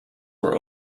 were